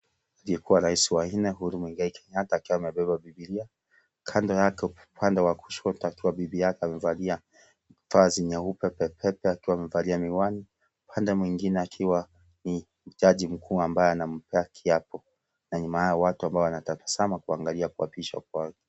Aliyekuwa rais wa nne Uhuru Muigai Kenyatta akiwa amebeba bibilia kando yake upande wa kushoto akiwa bibi yake amevalia vazi nyeupe pe pe pe akiwa amevalia miwani pande mwingine akiwa ni jaji mkuu ambaye anampea kiapo na nyuma yao watu ambao wanatabasamu wakiangalia kuapishwa kwake.